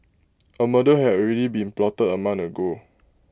A murder had already been plotted A month ago